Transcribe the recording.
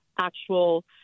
actual